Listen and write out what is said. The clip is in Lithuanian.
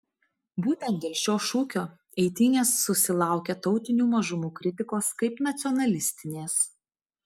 būtent dėl šio šūkio eitynės susilaukia tautinių mažumų kritikos kaip nacionalistinės